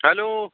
hello